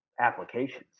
applications